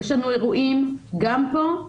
יש לנו אירועים גם פה,